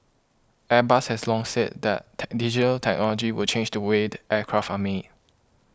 Airbus has long said that tech digital technology will change the way the aircraft are made